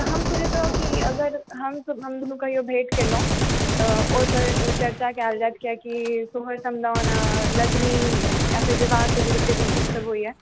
हम सोचैत रहौ कि अगर हमसभ हम दुनू कहिओ भेंट केलहुँ तऽ ओहि पर चर्चा कयल जाय किआकी सोहर समदाओन लगनी या फिर विवाहक जतेक भी गीतसभ होइया